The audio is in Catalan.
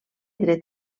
dret